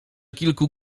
kilku